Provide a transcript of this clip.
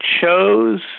chose